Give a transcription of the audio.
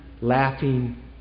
laughing